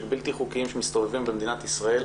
בלתי-חוקיים שמסתובבים במדינת ישראל,